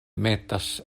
metas